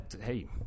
hey